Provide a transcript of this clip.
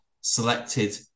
selected